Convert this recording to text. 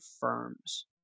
firms